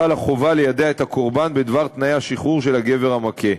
חלה חובה ליידע את הקורבן בדבר תנאי השחרור של הגבר המכה.